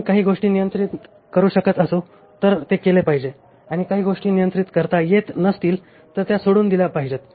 आपण काही गोष्टी नियंत्रित करू शकत असू तर ते केले पाहिजे आणि काही गोष्टी नियंत्रित करता येत नसतील तर सोडून दिल्या पाहिजेत